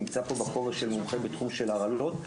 נמצא פה בכובע של רופא בתחום של הרעלות.